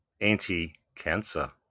anti-cancer